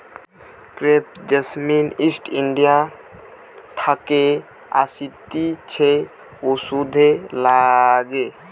crepe jasmine east India থাকে আসতিছে ওষুধে লাগে